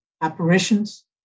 apparitions